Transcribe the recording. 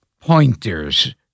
pointers